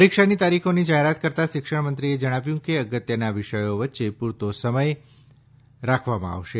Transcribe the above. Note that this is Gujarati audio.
પરીક્ષાની તારીખોની જાહેરાત કરતા શિક્ષણ મંત્રીએ જણાવ્યું કે ગત્યના વિષયો વચ્ચે પુરતો સમય રાખવામાં આવશે